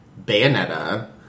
Bayonetta